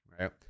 right